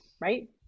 right